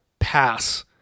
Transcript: pass